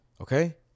Okay